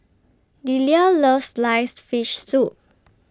Delia loves Sliced Fish Soup